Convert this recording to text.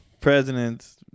President's